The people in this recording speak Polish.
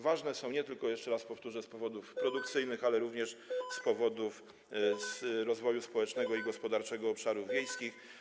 Ważne są nie tylko, jeszcze raz powtórzę, z powodów produkcyjnych, ale również w odniesieniu do rozwoju społecznego i gospodarczego obszarów wiejskich.